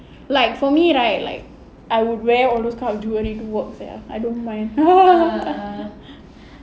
like for me right like I will wear all those kind of jewellery to work sia I don't mind